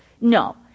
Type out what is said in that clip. No